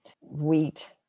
wheat